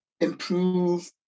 improve